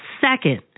Second